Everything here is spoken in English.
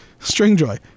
StringJoy